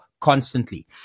constantly